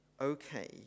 okay